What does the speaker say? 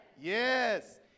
Yes